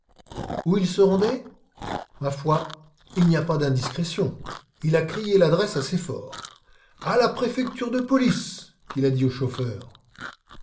où il se rendait ma foi il n'y a pas d'indiscrétion il a crié l'adresse assez fort à la préfecture de police qu'il a dit au chauffeur